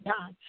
God